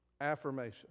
Affirmation